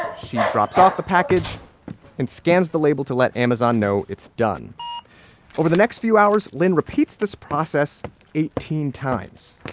she drops off the package and scans the label to let amazon know it's done over the next few hours, lynne repeats this process eighteen times